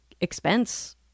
expense